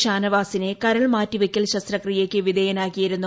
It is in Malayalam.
ഷാനവാസിനെ കരൾ മാറ്റി വയ്ക്കൽ ശസ്ത്രക്രിയയ്ക്ക് വിധേയനാക്കിയിരുന്നു